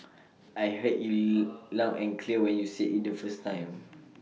I heard you loud and clear when you said IT the first time